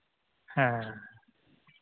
ᱦᱮᱸ